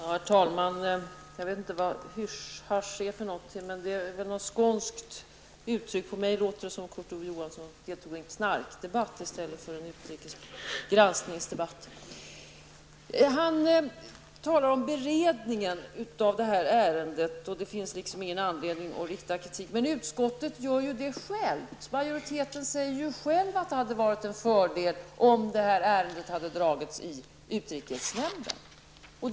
Herr talman! Jag vet inte vad hysch hasch är för något, men det är kanske ett skånskt uttryck. På mig låter det som om Kurt Ove Johansson deltar i en knarkdebatt i stället för en granskningsdebatt. Han talade om beredningen av detta ärende och menade att det inte fanns någon anledning att rikta kritik mot regeringens handlande. Men utskottsmajoriteten säger ju själv att det hade varit en fördel om ärendet redovisats i utrikesnämnden.